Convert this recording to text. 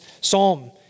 Psalm